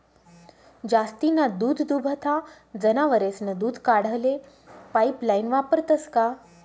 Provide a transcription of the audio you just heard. जास्तीना दूधदुभता जनावरेस्नं दूध काढाले पाइपलाइन वापरतंस का?